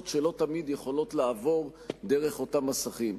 שלא תמיד יכולות לעבור דרך אותם מסכים.